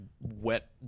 wet